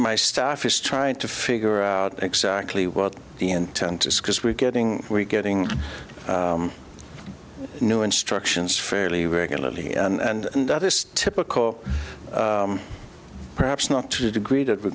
my staff is trying to figure out exactly what the intent is because we're getting we're getting new instructions fairly regularly and that is typical perhaps not to the degree that we'